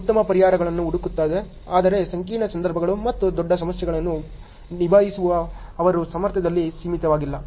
ಇದು ಉತ್ತಮ ಪರಿಹಾರಗಳನ್ನು ಹುಡುಕುತ್ತದೆ ಆದರೆ ಸಂಕೀರ್ಣ ಸಂದರ್ಭಗಳು ಮತ್ತು ದೊಡ್ಡ ಸಮಸ್ಯೆಗಳನ್ನು ನಿಭಾಯಿಸುವ ಅವರ ಸಾಮರ್ಥ್ಯದಲ್ಲಿ ಸೀಮಿತವಾಗಿಲ್ಲ